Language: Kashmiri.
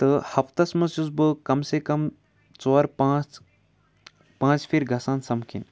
تہٕ ہَفتَس منٛز چھُس بہٕ کَم سے کَم ژور پانٛژھ پانٛژھِ پھِر گژھان سَمکھِنۍ